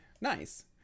Nice